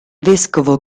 vescovo